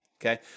okay